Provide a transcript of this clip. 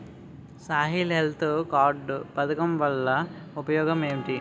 Soil health card పథకం వల్ల ఉపయోగం ఏంటి?